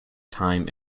time